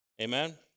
Amen